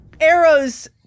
arrows